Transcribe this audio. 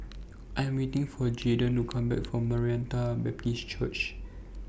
I Am waiting For Jaydan to Come Back from Maranatha Baptist Church